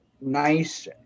nice